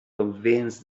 convince